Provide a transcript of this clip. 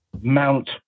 Mount